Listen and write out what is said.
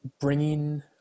bringing